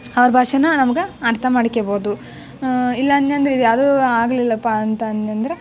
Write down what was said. ಅವ್ರ ಭಾಷೆನ ನಮ್ಗೆ ಅರ್ಥ ಮಾಡಿಕೊಳ್ಬೋದು ಇಲ್ಲ ಅನ್ನಿ ಅಂದ್ರ ಇದು ಯಾವ್ದೂ ಆಗ್ಲಿಲ್ಲಪ್ಪ ಅಂತ ಅನ್ನಿ ಅಂದ್ರ